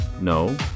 no